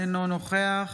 אינו נוכח